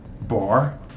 Bar